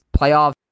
playoffs